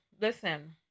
Listen